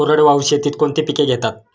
कोरडवाहू शेतीत कोणती पिके घेतात?